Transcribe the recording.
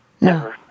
No